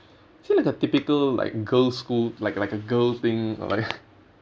is it like a typical like girls school like like a girl thing or like